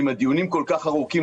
אם הדיונים כל כך ארוכים,